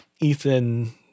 ethan